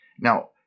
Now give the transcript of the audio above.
Now